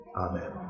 Amen